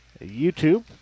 YouTube